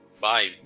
Bye